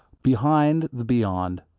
behind the beyond,